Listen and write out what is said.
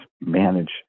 manage